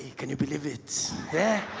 can you believe it huh?